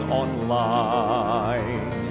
online